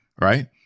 Right